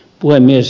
puhemies